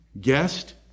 guest